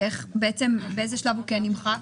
באיזה שלב הוא נמחק?